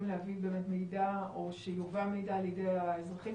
להביא מידע או שיובא מידע לידי האזרחים?